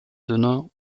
dünner